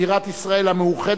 בירת ישראל המאוחדת,